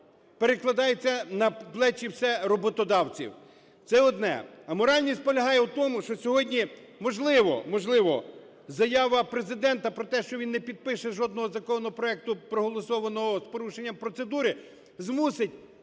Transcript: перекладає це на плечі все роботодавців? Це одне. Аморальність полягає в тому, що сьогодні, можливо, можливо, заява Президента про те, що він не підпише жодного законопроекту, проголосованого з порушенням процедури, змусить